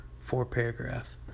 four-paragraph